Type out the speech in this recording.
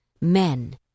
men